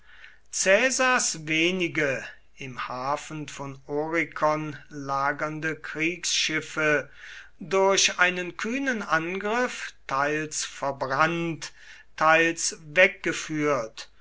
wenige im hafen von orikon lagernde kriegsschiffe durch einen kühnen angriff teils verbrannt teils weggeführt